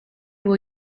will